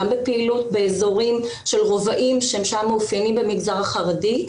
גם בפעילות באזורים של רובעים שהם מאופיינים במגזר החרדי.